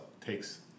takes